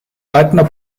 leitender